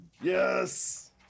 Yes